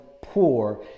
poor